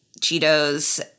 Cheetos